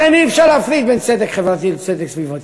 לכן, אי-אפשר להפריד בין צדק חברתי לצדק סביבתי.